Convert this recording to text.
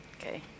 Okay